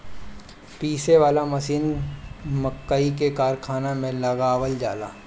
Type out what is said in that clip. पीसे वाला मशीन मकई के कारखाना में लगावल जाला